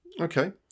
Okay